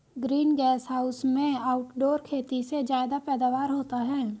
green gas house में outdoor खेती से ज्यादा पैदावार होता है